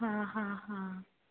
हां हां हां